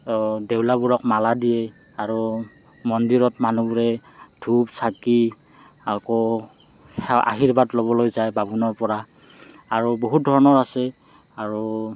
দেউলাবোৰক মালা দিয়ে আৰু মন্দিৰত মানুহবোৰে ধূপ চাকি আকৌ সেৱা আশীৰ্বাদ ল'বলৈ যায় বামুণৰ পৰা আৰু বহুত ধৰণৰ আছে আৰু